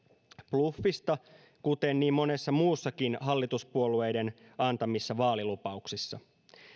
bluffista kuten niin monessa muussakin hallituspuolueiden antamassa vaalilupauksessa